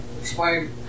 explain